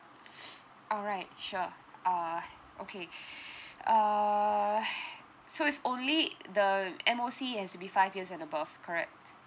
alright sure uh okay uh so if only the M_O_C has to be five years and above correct